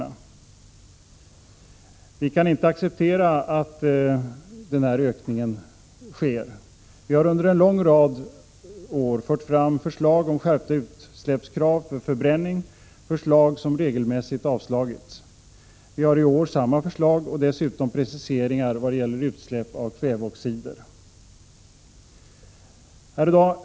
Denna ökning kan inte accepteras. Vi har under en rad år fört fram förslag om skärpta utsläppskrav vid förbränning — förslag som regelmässigt avslagits. Vi har i år samma förslag och dessutom preciseringar vad gäller utsläpp av kväveoxider.